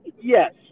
Yes